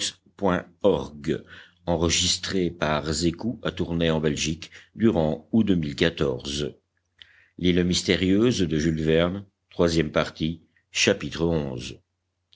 of l'île mystérieuse